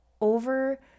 over